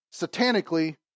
satanically